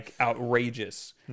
outrageous